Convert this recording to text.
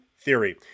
Theory